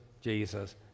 Jesus